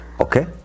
Okay